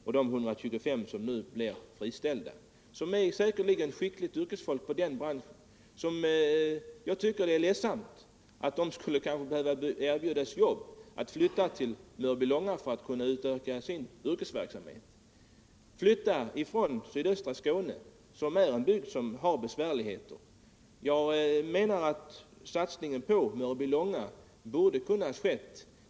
De 125 som nu blir friställda är säkerligen skickligt yrkesfolk i sin bransch, och jag tycker det är ledsamt om de nu får lov att flytta till Mörbylånga för att kunna utöva sitt yrke — flytta från sydöstra Skåne, som är en bygd med besvärligheter. Jag menar att satsningen på Mörbylånga borde ha kunnat göras på ett annat sätt.